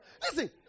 Listen